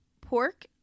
pork